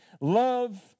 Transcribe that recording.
Love